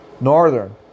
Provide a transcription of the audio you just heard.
Northern